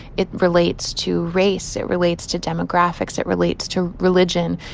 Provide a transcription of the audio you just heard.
it relates to race. it relates to demographics. it relates to religion.